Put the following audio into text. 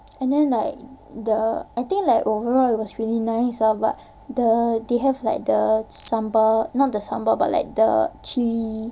and then like the I think like overall it was really nice ah but the they have the like the sambal not the sambal but like the chilli